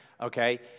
Okay